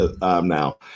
now